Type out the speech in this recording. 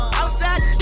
outside